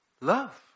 love